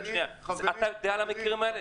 האם אתה יודע על המקרים האלה?